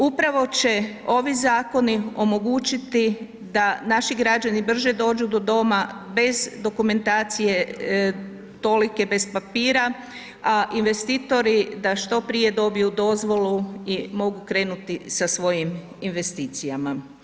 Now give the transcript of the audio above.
Upravo će ovi zakoni omogućiti da naši građani brže dođu do doma bez dokumentacije tolike, bez papira, a investitori da što prije dobiju dozvolu i mogu krenuti sa svojim investicijama.